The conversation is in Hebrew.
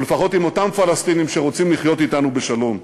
או לפחות עם אותם פלסטינים שרוצים לחיות אתנו בשלום.